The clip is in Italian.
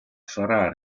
sarà